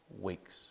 weeks